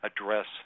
address